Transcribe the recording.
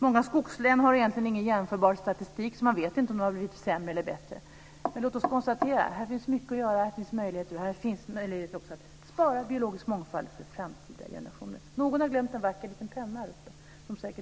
Många skogslän har egentligen ingen jämförbar statistik, så man vet inte om det har blivit sämre eller bättre. Men låt oss konstatera att här finns mycket att göra och här finns möjligheter att spara biologisk mångfald för framtida generationer.